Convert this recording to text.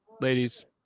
ladies